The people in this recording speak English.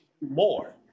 more